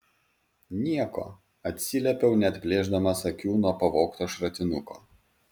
nieko atsiliepiau neatplėšdamas akių nuo pavogto šratinuko